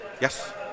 yes